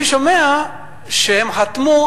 אני שומע שהם חתמו,